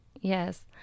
Yes